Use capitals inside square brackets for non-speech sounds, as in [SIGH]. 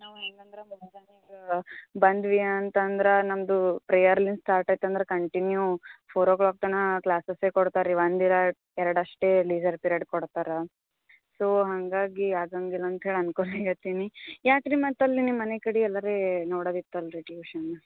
ನಾವು ಹೆಂಗೆ ಅಂದ್ರೆ [UNINTELLIGIBLE] ಬಂದಿವಿ ಅಂತಂದ್ರೆ ನಮ್ಮದು ಪ್ರೇಯರ್ಲಿಂದ ಸ್ಟಾರ್ಟ್ ಆಯ್ತು ಅಂದ್ರೆ ಕಂಟಿನ್ಯೂ ಫೋರ್ ಓ ಕ್ಲಾಕ್ ತನ ಕ್ಲಾಸಸ್ಸೇ ಕೊಡ್ತಾರೆ ರೀ ಒಂದಿರ ಎರಡು ಅಷ್ಟೇ ಲೀಜರ್ ಪಿರಿಯಡ್ ಕೊಡ್ತಾರೆ ಸೋ ಹಾಗಾಗಿ ಆಗೋಂಗಿಲ್ಲ ಅಂತ ಹೇಳಿ ಅನ್ಕೊಂಡು ಇರ್ತೀನಿ ಯಾಕೆ ರೀ ಮತ್ತಲ್ಲಿ ನಿಮ್ಮ ಮನೆ ಕಡೆ ಎಲ್ಲರೆ ನೋಡದಿತ್ತಲ್ಲ ರೀ ಟ್ಯೂಷನ್